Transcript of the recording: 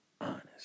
honest